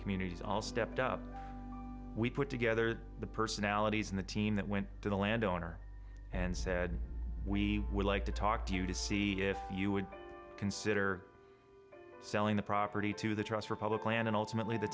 communities all stepped up we put together the personalities in the team that went to the landowner and said we would like to talk to you to see if you would consider selling the property to the trust republic land and ultimately the